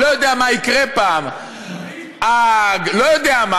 לא יודע מה יקרה פעם האג, לא יודע מה.